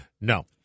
No